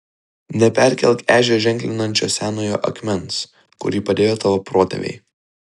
neperkelk ežią ženklinančio senojo akmens kurį padėjo tavo protėviai